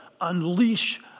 unleash